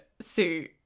suit